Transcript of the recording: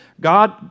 God